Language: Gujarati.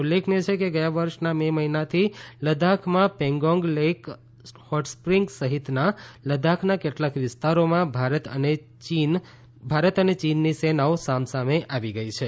ઉલ્લેખનીય છે કે ગયા વર્ષના મે મહિનાથી લદ્દાખમાં પેગોંગ લેખ હોટસ્પ્રિંગ સહિત લદ્દાખના કેટલાંક વિસ્તારોમાં ભારત અને ચીનની સેનાઓ સામસામે આવી ગઈ છે